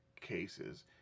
cases